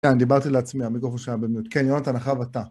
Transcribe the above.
כן, דיברתי לעצמי, המירוקופון שלי היה במיוט. כן, יונתן, אחריו אתה.